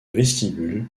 vestibule